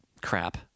crap